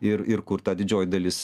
ir ir kur ta didžioji dalis